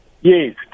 yes